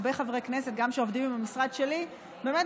שהרבה חברי כנסת שעובדים עם המשרד שלי באמת